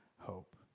hope